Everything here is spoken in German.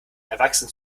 erwachsen